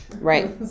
Right